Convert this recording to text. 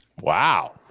Wow